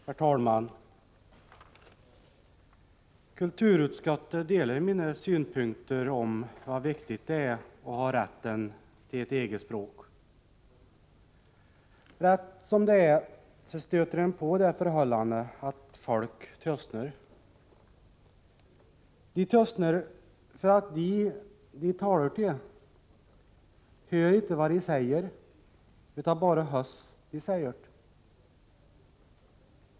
Härr talman! Kulturutskötte deler mine synpunkter om va vektitt dä ä å ha rätten te ett ege språk. Rätt som dä ä så stöter en på dä förhöllane att fölk töstner. Di töstner för att di, di taler te hör itte va di säjjer utta bare höss di säjjert.